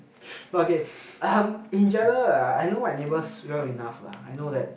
but okay um in general right I know my neighbours well enough lah I know that